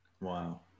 Wow